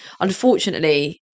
Unfortunately